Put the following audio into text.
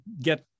get